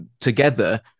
together